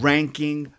Ranking